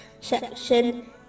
section